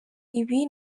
ibi